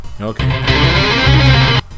Okay